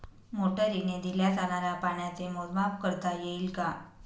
मोटरीने दिल्या जाणाऱ्या पाण्याचे मोजमाप करता येईल का?